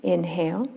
Inhale